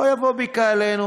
הוא לא יבוא בקהלנו.